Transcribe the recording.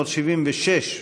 576,